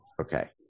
Okay